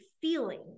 feeling